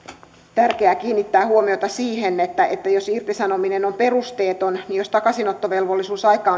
tärkeää kiinnittää huomiota siihen että että jos irtisanominen on perusteeton ja jos takaisinottovelvollisuusaika